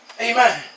Amen